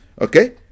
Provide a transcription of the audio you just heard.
Okay